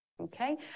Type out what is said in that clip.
Okay